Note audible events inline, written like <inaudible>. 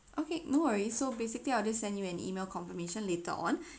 okay no worries so basically I'll just send you an email confirmation later on <breath>